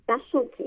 specialty